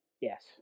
Yes